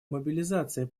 мобилизация